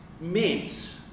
meant